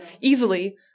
easily